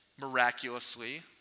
miraculously